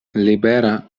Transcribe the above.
libera